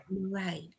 Right